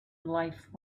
life